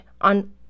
on